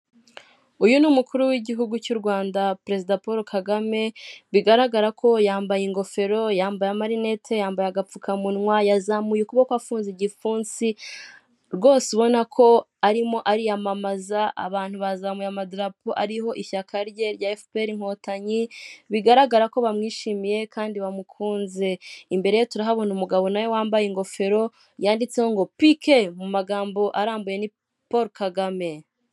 Uyu ni umukuru w'igihugu cy'u Rwanda perezida Paul Kagame bigaragara ko yambaye ingofero yambaye, amarinete, yambaye agapfukamunwa, yazamuye ukuboko afunze igipfunsi rwose ubona ko arimo ariyamamaza, abantu bazamuye ama darapo ariho ishyaka rye rya fpr inkotanyi bigaragara ko bamwishimiye kandi bamukunze, imbere turahabona umugabo nawe wambaye ingofero yanditseho ngo PK mu magambo arambuye ni Paul Kagame.